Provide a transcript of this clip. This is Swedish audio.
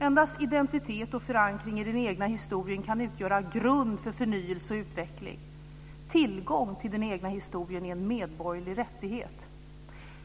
Endast identitet och förankring i den egna historien kan utgöra grund för förnyelse och utveckling. Tillgång till den egna historien är en medborgerlig rättighet.